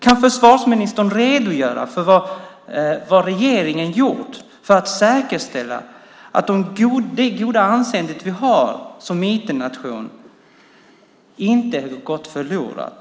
Kan försvarsministern redogöra för vad regeringen gjort för att säkerställa att det goda anseende vi har som IT-nation inte går förlorat?